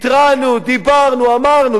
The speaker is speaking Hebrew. התרענו, דיברנו, אמרנו.